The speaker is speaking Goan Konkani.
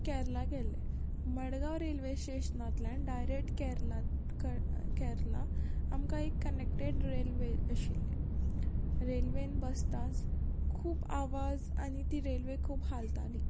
केरला गेल्लें मडगांव रेल्वेस्टेशनांतल्यान डायरेट केरलात क केरला आमकां एक कनॅक्टेड रेल्वे आशिल्ली रेल्वेन बसताच खूब आवाज आनी ती रेल्वे खूब हालताली